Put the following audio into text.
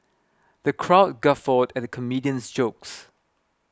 the crowd guffawed at the comedian's jokes